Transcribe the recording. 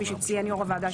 כפי שציין יו"ר הוועדה,